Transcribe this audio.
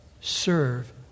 serve